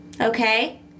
okay